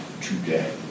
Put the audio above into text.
today